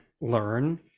learn